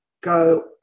go